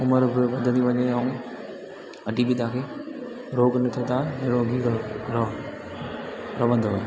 उमिरि बि वधंदी वञे ऐं कॾहिं बि तव्हांखे रोग न थिए तव्हां निरोगी रहो रह रहंदव